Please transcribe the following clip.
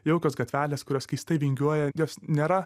jaukios gatvelės kurios keistai vingiuoja jos nėra